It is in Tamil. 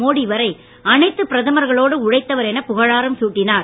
மோடி வரை அனைத்து பிரதமர்களோடு உழைத்தவர் என புகழாரம் சூட்டினார்